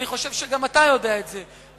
אני חושב שגם אתה יודע את זה,